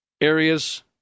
areas